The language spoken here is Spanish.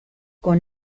con